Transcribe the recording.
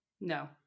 No